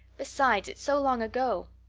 besides, it's so long ago.